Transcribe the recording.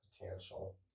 Potential